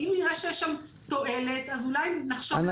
אם נראה שבאיטליה יש תועלת אז אולי נחשוב לחייב את זה